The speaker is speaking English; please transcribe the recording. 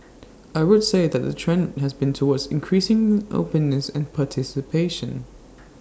I would say that the trend has been towards increasing openness and participation